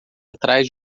atrás